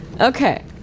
Okay